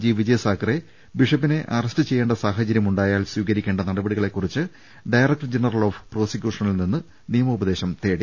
G Vijay Sakhare ബിഷപ്പിനെ arrest ചെയ്യേണ്ട സാഹചര്യമുണ്ടായാൽ സ്വീകരിക്കേണ്ട നട പടികളെ സംബന്ധിച്ച് ഡയറക്ടർ ജനറൽ ഓഫ് പ്രോസിക്യൂഷനിൽ നിന്ന് നിയമോപദേശം തേടി